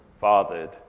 fathered